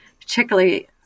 particularly